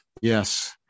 Yes